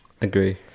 Agree